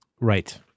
right